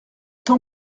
tant